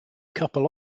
couple